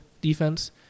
defense